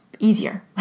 Easier